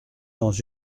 dans